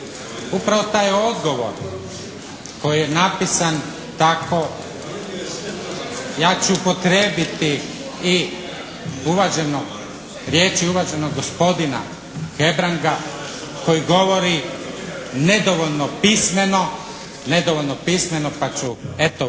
Upravo taj odgovor koji je napisan tako, ja ću upotrijebiti i uvaženog, riječi uvaženog gospodina Hebranga koji govori nedovoljno pismeno, nedovoljno